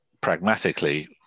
pragmatically